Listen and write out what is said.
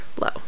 low